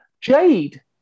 Jade